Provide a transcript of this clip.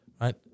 right